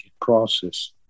process